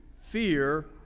fear